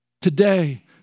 Today